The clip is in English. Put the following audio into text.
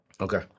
Okay